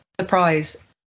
surprise